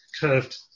curved